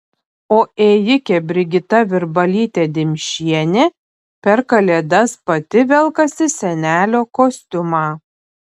o ėjikė brigita virbalytė dimšienė per kalėdas pati velkasi senelio kostiumą